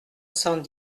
cent